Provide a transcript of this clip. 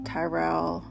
Tyrell